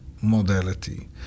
modality